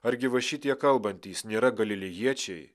argi va šitie kalbantys nėra galilėjiečiai